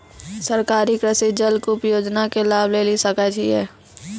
सरकारी कृषि जलकूप योजना के लाभ लेली सकै छिए?